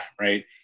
right